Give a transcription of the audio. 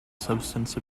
substance